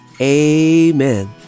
Amen